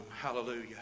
Hallelujah